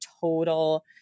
total